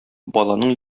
баланың